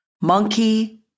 Monkey